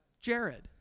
Jared